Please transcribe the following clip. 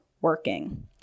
working